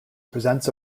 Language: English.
presents